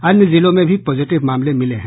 अन्य जिलों में भी पॉजिटिव मामले मिले हैं